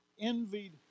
envied